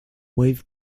wave